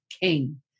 King